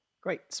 Great